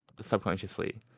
subconsciously